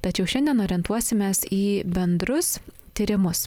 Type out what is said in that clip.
tačiau šiandien orientuosimės į bendrus tyrimus